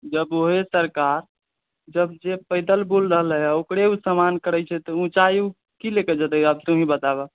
जब ऊहे सरकार जब जे पैदल बोल रहलैया ओकरे ओ समान करै छै तऽ ऊँचाइ ओ की लऽ कऽ जेतै आब तुहीं बताबऽ